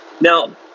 Now